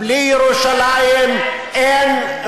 בלי ירושלים אין,